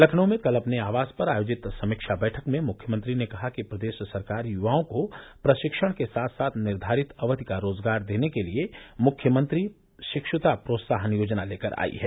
लखनऊ में कल अपने आवास पर आयोजित समीक्षा बैठक में मुख्यमंत्री ने कहा कि प्रदेश सरकार युवाओं को प्रशिक्षण के साथ साथ निर्घारित अवधि का रोजगार देने के लिए मुख्यमंत्री शिक्षता प्रोत्साहन योजना लेकर आयी है